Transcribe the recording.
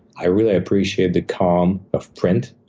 i really appreciate the calm of print,